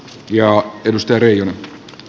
ja hysteriana